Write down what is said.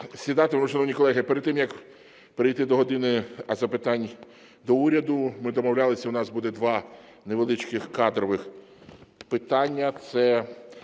сідати. Шановні колеги, перед тим як перейти до "години запитань до Уряду", ми домовлялися, у нас буде два невеличких кадрових питання.